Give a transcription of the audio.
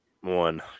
one